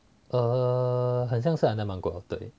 err 很像是 under 芒果的对